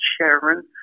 Sharon